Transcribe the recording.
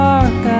Dark